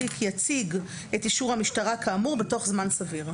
יציג את אישור המשטרה כאמור בתוך זמן סביר".